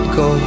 go